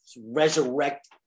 resurrect